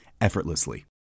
effortlessly